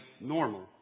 normal